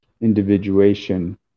individuation